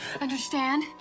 Understand